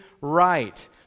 right